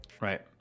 Right